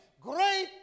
great